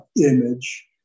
image